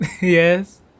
Yes